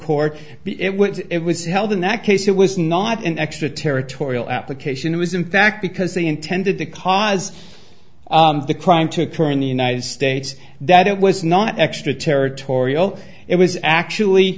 court it which it was held in that case it was not an extra territorial application it was in fact because they intended to cause the crime to occur in the united states that it was not extraterritorial it was actually